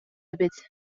эбит